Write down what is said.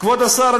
כבוד השר,